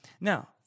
Now